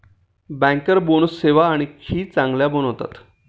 banker bonus सेवा आणखी चांगल्या बनवतात